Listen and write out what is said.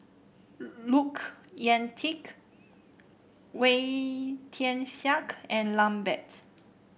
Look Yan Kit Wee Tian Siak and Lambert